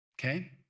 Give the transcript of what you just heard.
okay